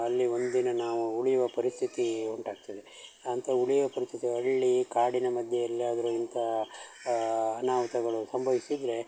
ಅಲ್ಲಿ ಒಂದು ದಿನ ನಾವು ಉಳಿಯುವ ಪರಿಸ್ಥಿತಿ ಉಂಟಾಗ್ತದೆ ಅಂಥ ಉಳಿಯುವ ಪರಿಸ್ಥಿತಿ ಹಳ್ಳಿ ಕಾಡಿನ ಮಧ್ಯೆ ಎಲ್ಲಿಯಾದರೂ ಇಂಥ ಅನಾಹುತಗಳು ಸಂಭವಿಸಿದರೆ